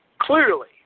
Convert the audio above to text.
Clearly